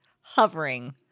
hovering